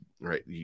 right